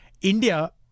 India